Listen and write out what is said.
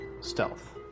stealth